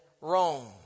Rome